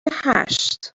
هشت